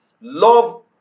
love